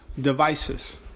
devices